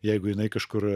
jeigu jinai kažkur